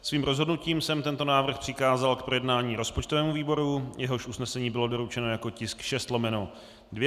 Svým rozhodnutím jsem tento návrh přikázal k projednání rozpočtovému výboru, jehož usnesení bylo doručeno jako tisk 6/2.